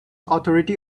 authority